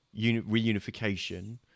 reunification